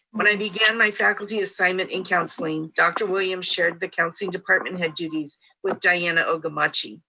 when i began my faculty assignment in counseling, dr. williams shared the counseling department head duties with diana ogimachi.